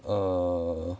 err